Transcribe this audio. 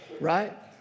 right